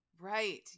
Right